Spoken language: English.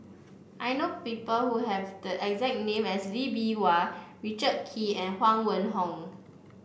I know people who have the exact name as Lee Bee Wah Richard Kee and Huang Wenhong